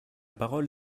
parole